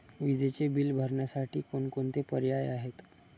विजेचे बिल भरण्यासाठी कोणकोणते पर्याय आहेत?